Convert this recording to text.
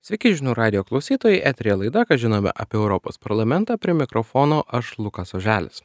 sveiki žinių radijo klausytojai eteryje laida ką žinom apie europos parlamentą prie mikrofono aš lukas oželis